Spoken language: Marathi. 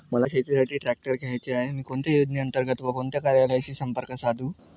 मला शेतीसाठी ट्रॅक्टर घ्यायचा आहे, मी कोणत्या योजने अंतर्गत व कोणत्या कार्यालयाशी संपर्क साधू?